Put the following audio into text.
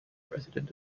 resident